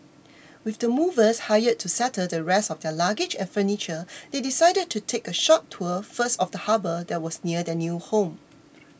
with the movers hired to settle the rest of their luggage and furniture they decided to take a short tour first of the harbour that was near their new home